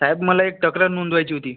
साहेब मला एक तक्रार नोंदवायची होती